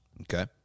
okay